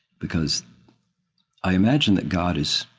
because i imagine that god is